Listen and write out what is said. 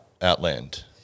Outland